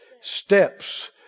Steps